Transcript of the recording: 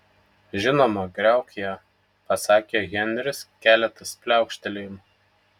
žinoma griauk ją pasakė henris keletas pliaukštelėjimų